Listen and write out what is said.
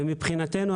ומבחינתנו,